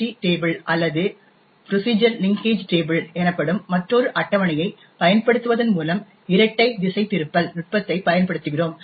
D table அல்லது procedure linkage table எனப்படும் மற்றொரு அட்டவணையைப் பயன்படுத்துவதன் மூலம் இரட்டை திசைதிருப்பல் நுட்பத்தைப் பயன்படுத்துகிறோம்